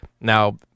Now